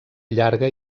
llarga